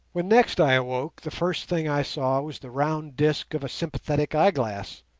when next i awoke the first thing i saw was the round disc of a sympathetic eyeglass,